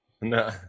No